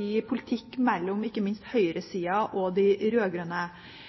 i politikk mellom ikke minst høyresiden og de